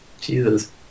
Jesus